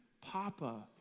papa